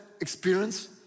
experience